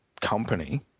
company